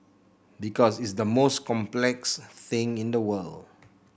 because it's the most complex thing in the world